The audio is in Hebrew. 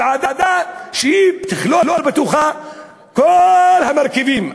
עם ועדה שתכלול בתוכה כל המרכיבים,